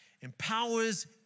empowers